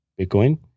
Bitcoin